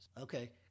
Okay